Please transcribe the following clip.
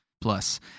plus